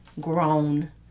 grown